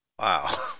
Wow